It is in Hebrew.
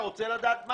מי נמנע?